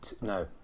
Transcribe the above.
no